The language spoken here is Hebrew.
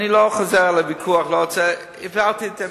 אני לא חוזר על הוויכוח, הבהרתי את עמדתי.